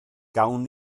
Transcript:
gawn